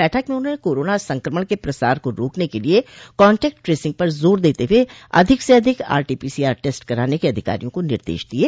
बैठक में उन्होंने कोरोना संक्रमण क प्रसार को रोकने के लिये कांटैक्ट टसिंग पर जोर देते हुए अधिक से अधिक आरटीपीसीआर टेस्ट कराने के अधिकारियों को निर्देश दिये